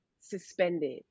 suspended